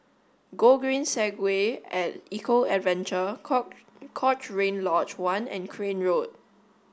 Gogreen Segway at Eco Adventure Cochrane Lodge One and Crane Road